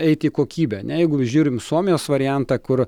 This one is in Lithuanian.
eiti į kokybę ne jeigu žiūrim suomijos variantą kur